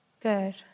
Good